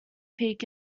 peak